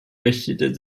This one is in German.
richtete